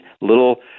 little